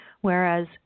whereas